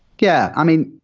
yeah. i mean,